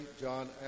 John